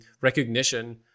recognition